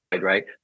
right